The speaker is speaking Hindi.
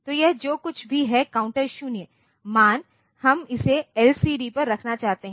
तो यह जो कुछ भी है काउंटर 0 मान हम इसे एलसीडी पर रखना चाहते हैं